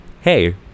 hey